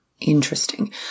Interesting